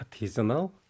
artisanal